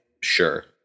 sure